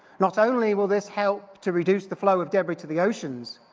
not only will this help to reduce the flow of debris to the oceans,